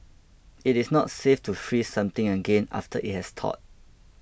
it is not safe to freeze something again after it has thawed